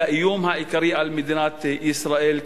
לאיום העיקרי על מדינת ישראל,